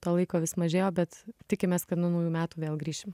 to laiko vis mažėjo bet tikimės kad nuo naujų metų vėl grįšim